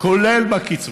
כולל בקצבאות.